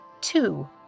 Two